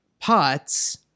pots